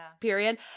period